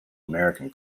american